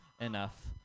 enough